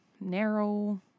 narrow